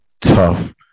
tough